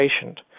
patient